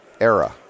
era